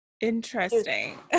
interesting